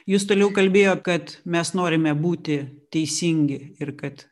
jus toliau kalbėjo kad mes norime būti teisingi ir kad